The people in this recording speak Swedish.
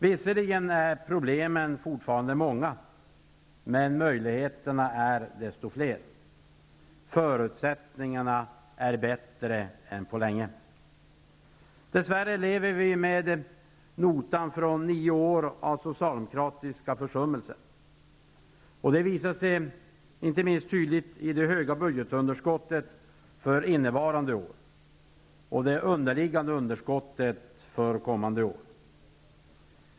Visserligen är problemen fortfarande många, men möjligheterna är desto fler. Förutsättningarna är bättre än på länge. Dess värre lever vi med notan från nio år av socialdemokratiska försummelser. Det visar sig inte minst tydligt i det höga budgetunderskottet för innevarande budgetår och det underliggande underskottet för nästa år.